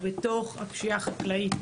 בנושא הפשיעה החקלאית.